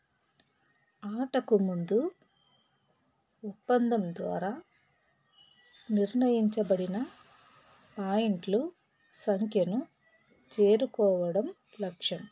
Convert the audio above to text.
ఆటకు ముందు ఒప్పందం ద్వారా నిర్ణయించబడిన పాయింట్ల సంఖ్యను చేరుకోవడం లక్ష్యం